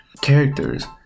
Characters